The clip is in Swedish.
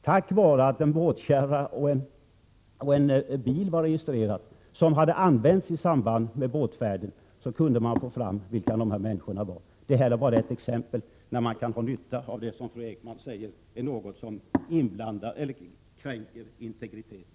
Tack vare att en båtkärra och en bil som hade använts i samband med båtfärden var registrerade, kunde man få fram vilka dessa människor var. Detta är bara ett exempel på när man kan få nytta av det som fru Ekman hävdar kränker integriteten.